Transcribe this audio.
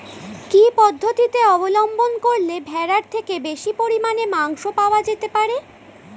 কি পদ্ধতিতে অবলম্বন করলে ভেড়ার থেকে বেশি পরিমাণে মাংস পাওয়া যেতে পারে?